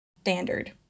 standard